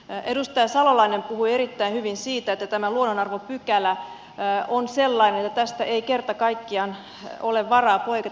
edustaja salolainen puhui erittäin hyvin siitä että tämä luonnonarvopykälä on sellainen että tästä ei kerta kaikkiaan ole varaa poiketa